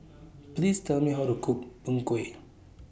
Please Tell Me How to Cook Png Kueh